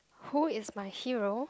who is my hero